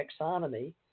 taxonomy